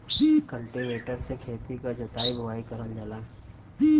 cultivator से खेती क जोताई बोवाई करल जाला